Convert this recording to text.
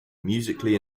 musically